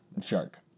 shark